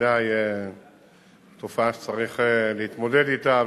ודאי שזו תופעה שצריך להתמודד אתה,